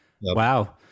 Wow